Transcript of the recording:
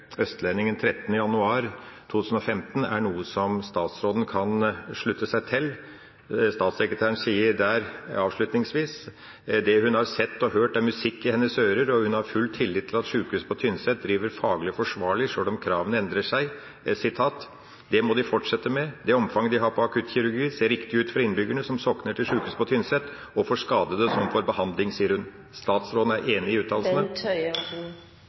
Østlendingen 13. januar 2015, er noe statsråden kan slutte seg til. Statssekretæren sier der avslutningsvis at det hun har sett og hørt, er musikk i hennes ører, og hun har full tillit til at sjukehuset på Tynset driver faglig forsvarlig, sjøl om kravene endrer seg. «Det må de fortsette med. Det omfanget de har på akuttkirurgi ser riktig ut for innbyggerne som sokner til sjukehuset på Tynset, og for skadede som får behandling». Er statsråden enig i uttalelsen?